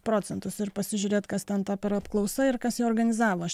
procentus ir pasižiūrėt kas ten ta per apklausa ir kas ją organizavo aš